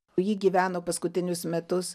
ji gyveno paskutinius metus